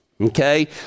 okay